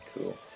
Cool